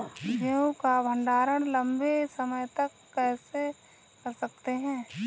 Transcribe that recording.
गेहूँ का भण्डारण लंबे समय तक कैसे कर सकते हैं?